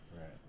Right